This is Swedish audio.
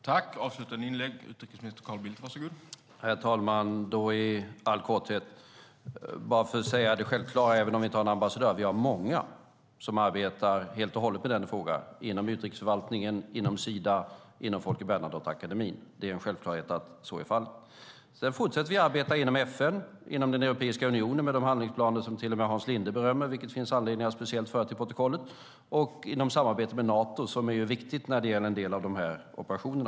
Herr talman! Även om vi inte har en ambassadör ska jag säga det självklara, nämligen att vi har många som arbetar helt och hållet med denna fråga inom utrikesförvaltningen, inom Sida och inom Folke Bernadotteakademin. Det är en självklarhet att så är fallet. Sedan fortsätter vi att arbeta inom FN och inom Europeiska unionen med de handlingsplaner som till och med Hans Linde berömmer, vilket finns anledning att speciellt föra till protokollet, och inom samarbetet med Nato som är viktigt när det gäller en del av dessa operationer.